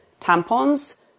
tampons